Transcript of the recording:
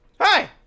Hi